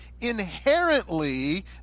inherently